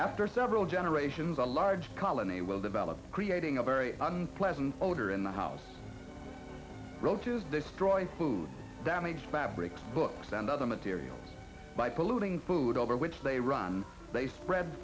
after several generations a large colony will develop creating a very unpleasant odor in the house roaches destroy food damage fabrics books and other materials by polluting food over which they run they spread